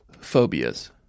phobias